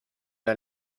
wir